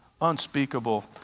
unspeakable